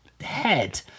head